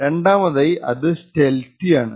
രാണ്ടാമതായി അത് സ്റ്റേൽത്തി ആണ്